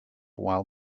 while